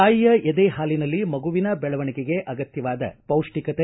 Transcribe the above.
ತಾಯಿಯ ಎದೆಹಾಲಿನಲ್ಲಿ ಮಗುವಿನ ಬೆಳವಣಿಗೆಗೆ ಅಗತ್ಯವಾದ ಪೌಷ್ಟಿಕತೆ